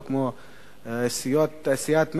או כמו סיעת מרצ,